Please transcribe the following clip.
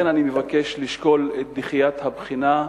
לכן אני מבקש לשקול את דחיית הבחינה.